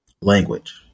language